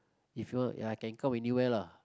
if you want ya I can come anywhere lah